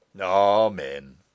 Amen